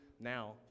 now